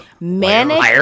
manic